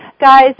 Guys